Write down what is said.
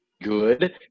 good